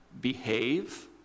behave